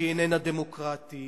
שהיא איננה דמוקרטית